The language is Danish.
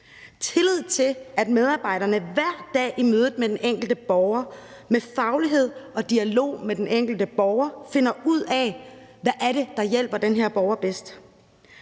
tillid til, at medarbejderne hver dag i mødet med den enkelte borger – med faglighed og i dialog med den enkelte borger – finder ud af, hvad der hjælper den her borger bedst.